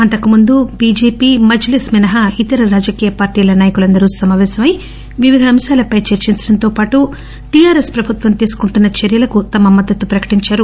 అంతకుముందు బిజెపి మజ్లిస్ మినహా ఇతర రాజకీయ పార్టీల నాయకులందరూ సమాపేశమై వివిధ అంశాలపై చర్చించడంతో పాటు టీఆర్ఎస్ ప్రభుత్వం తీసుకుంటున్న చర్యలకు తమ మద్దతు ప్రకటించారు